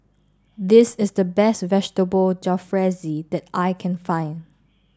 this is the best Vegetable Jalfrezi that I can find